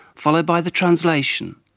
followed by the translation.